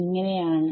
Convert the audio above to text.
ഇങ്ങനെ ആണ്